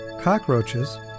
cockroaches